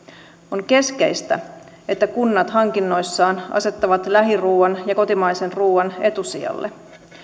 on keskeistä että kunnat hankinnoissaan asettavat lähiruuan ja kotimaisen ruuan etusijalle